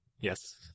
Yes